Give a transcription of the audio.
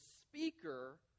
speaker